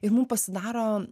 ir mum pasidaro